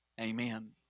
amen